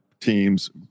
teams